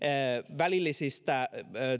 välillisistä